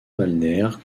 balnéaire